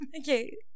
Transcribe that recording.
Okay